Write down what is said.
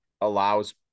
allows